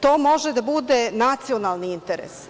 To može da bude nacionalni interes.